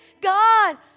God